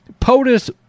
POTUS